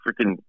freaking